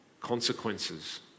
consequences